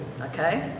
okay